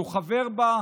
היא קשה.